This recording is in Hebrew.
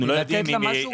לתת לה משהו גלובלי.